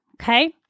Okay